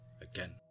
again